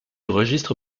registre